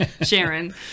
Sharon